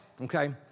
okay